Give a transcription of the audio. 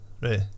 Right